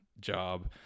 job